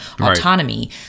autonomy